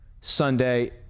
Sunday